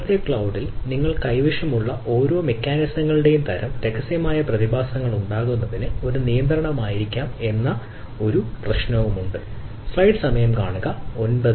ഇന്നത്തെ ക്ലൌഡിൽ നിങ്ങൾ കൈവശമുള്ള ഓരോ മെക്കാനിസങ്ങളുടെയും തരം രഹസ്യമായ പ്രതിഭാസങ്ങൾ ഉണ്ടാകുന്നതിന് ഒരു നിയന്ത്രണമായിരിക്കാം എന്നതിന് മറ്റൊരു പ്രശ്നമുണ്ട്